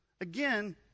Again